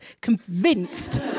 convinced